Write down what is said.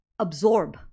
absorb